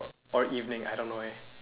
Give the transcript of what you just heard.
or evening I don't know eh